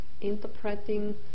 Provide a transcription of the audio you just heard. interpreting